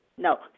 No